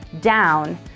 down